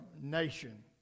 nation